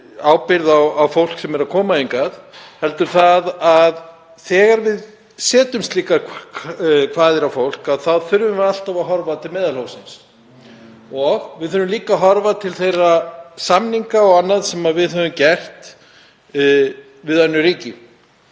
á fólk sem kemur hingað, heldur það að þegar við setjum slíkar kvaðir á fólk þá þurfum við alltaf að horfa til meðalhófsins. Við þurfum líka að horfa til þeirra samninga sem við höfum gert við önnur ríki